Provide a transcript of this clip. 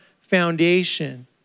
foundation